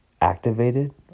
activated